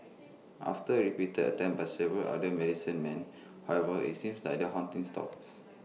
after repeated attempts by several other medicine men however IT seems like the haunting stops